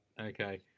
Okay